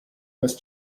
must